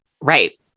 Right